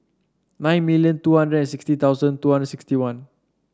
nine million two hundred and sixty thousand two hundred sixty one